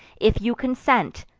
if you consent,